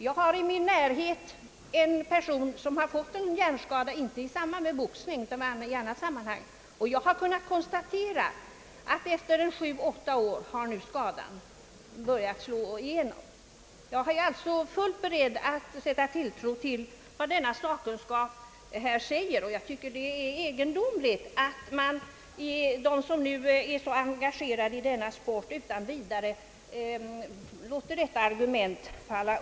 Jag har nämligen i min närhet en person som fått en hjärnskada — inte i samband med boxning utan i annat sammanhang — och jag har kunnat kon statera att skadan nu sju—åtta år efteråt börjat slå igenom. Jag är alltså fullt beredd att sätta tilltro till vad sakkunskapen uttalar på detta område. Jag tycker att det är egendomligt att de som är så engagerade i denna sport utan vidare låter detta argument falla.